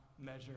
measure